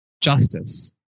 justice